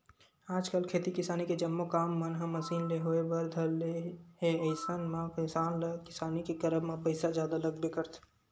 आजकल खेती किसानी के जम्मो काम मन ह मसीन ले होय बर धर ले हे अइसन म किसान ल किसानी के करब म पइसा जादा लगबे करथे